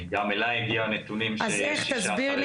גם אליי הגיעו נתונים שיש 16,000 כלואים.